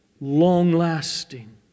long-lasting